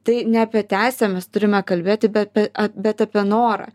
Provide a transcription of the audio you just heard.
tai ne apie teisę mes turime kalbėti bet pe bet apie norą